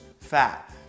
fat